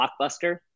Blockbuster